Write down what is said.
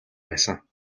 байсан